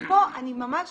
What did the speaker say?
ופה, ממש